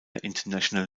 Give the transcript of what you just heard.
international